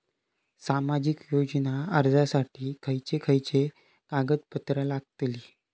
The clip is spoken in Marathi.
सामाजिक योजना अर्जासाठी खयचे खयचे कागदपत्रा लागतली?